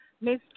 Miss